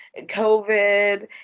COVID